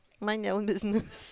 mind your own business